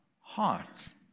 hearts